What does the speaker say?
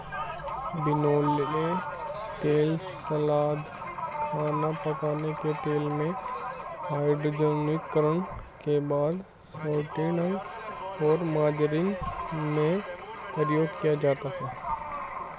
बिनौला तेल सलाद, खाना पकाने के तेल में, हाइड्रोजनीकरण के बाद शॉर्टनिंग और मार्जरीन में प्रयोग किया जाता है